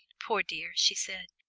poor dear, she said,